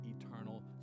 eternal